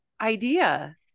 idea